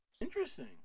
Interesting